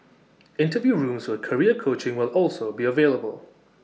interview rooms for career coaching will also be available